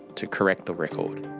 to correct the record.